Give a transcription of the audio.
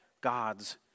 God's